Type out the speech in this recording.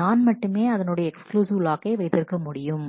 நான் மட்டுமே அதனுடைய எக்ஸ்க்ளூசிவ் லாக்கை வைத்திருக்க முடியும்